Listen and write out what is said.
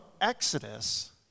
Exodus